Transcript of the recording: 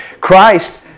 Christ